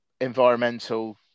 environmental